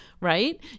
right